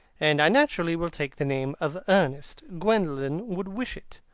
and i naturally will take the name of ernest. gwendolen would wish it.